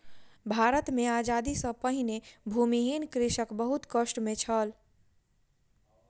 भारत मे आजादी सॅ पहिने भूमिहीन कृषक बहुत कष्ट मे छल